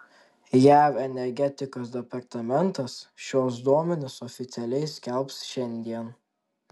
jav energetikos departamentas šiuos duomenis oficialiai skelbs šiandien